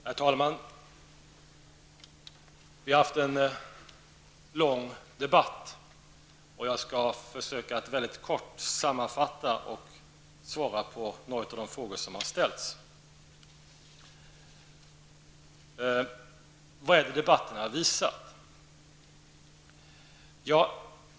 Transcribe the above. Herr talman! Vi har haft en lång debatt. Jag skall försöka göra en kort sammanfattning och svara på några av de frågor som har ställts. Vad har då debatten visat?